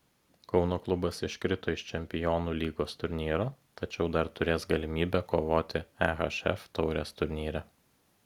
kauno klubas iškrito iš čempionų lygos turnyro tačiau dar turės galimybę kovoti ehf taurės turnyre